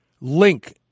link